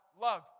love